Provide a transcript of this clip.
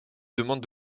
demande